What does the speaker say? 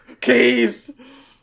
Keith